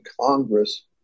Congress